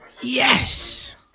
Yes